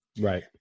Right